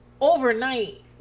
overnight